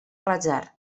rajar